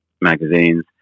magazines